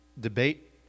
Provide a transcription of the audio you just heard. debate